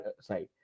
side